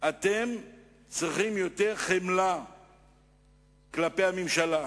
אתם צריכים יותר חמלה כלפי הממשלה,